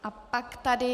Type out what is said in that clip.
A pak tady...